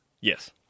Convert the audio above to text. Yes